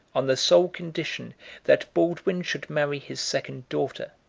on the sole condition that baldwin should marry his second daughter,